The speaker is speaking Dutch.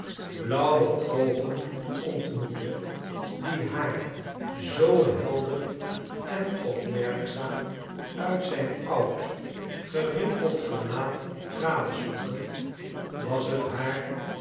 blauwe oogen ontmoette die haar zoo helder en opmerkzaam uit zijn oud gerimpeld gelaat gadesloegen was het haar